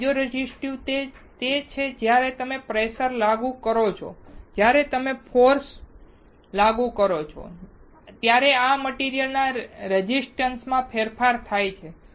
piezo resistive તે છે જ્યારે તમે પ્રેસર લાગુ કરો છો જ્યારે તમે ફોર્સ લાગુ કરો છો ત્યારે મટીરીઅલના રેઝિસ્ટન્સ માં ફેરફાર થાય છે